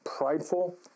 Prideful